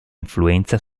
influenza